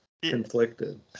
Conflicted